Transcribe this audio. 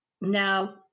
now